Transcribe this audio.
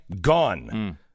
gone